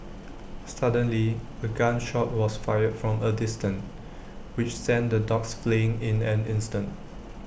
suddenly A gun shot was fired from A distance which sent the dogs fleeing in an instant